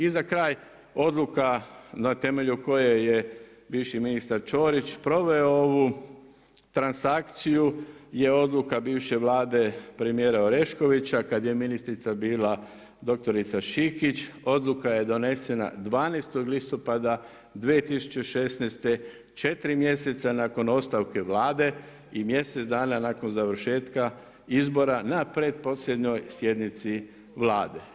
I za kraj, odluka na temelju koje je bivši ministar Ćorić proveo ovu transakciju je odluka bivše Vlade premijera Oreškovića kada je ministrica bila dr. Šikić, odluka je donesena 12. listopada 2016. 4 mjeseca nakon ostavke Vlade i mjesec dana nakon završetka izbora na pretposljednjoj sjednici Vlade.